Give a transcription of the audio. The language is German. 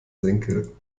senkel